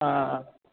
ఆ